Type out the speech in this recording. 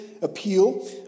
appeal